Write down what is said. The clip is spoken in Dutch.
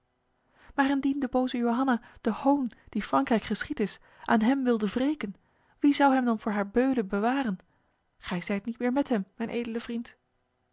maar indien de boze johanna de hoon die frankrijk geschied is aan hem wilde wreken wie zou hem dan voor haar beulen bewaren gij zijt niet meer met hem mijn edele vriend